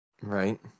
Right